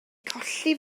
colli